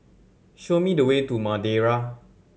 show me the way to Madeira